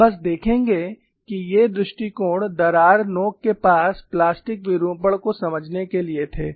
हम बस देखेंगे कि ये दो दृष्टिकोण दरार नोक के पास प्लास्टिक विरूपण को समझने के लिए थे